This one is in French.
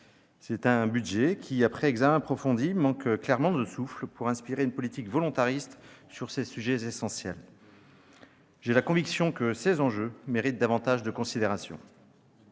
C'est un budget qui, après examen approfondi, manque clairement de souffle pour inspirer une politique volontariste sur ces sujets essentiels. J'ai la conviction que ces enjeux méritent davantage de considération.